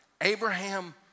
Abraham